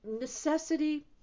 necessity